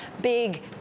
big